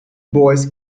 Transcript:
boys